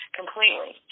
completely